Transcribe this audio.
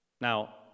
Now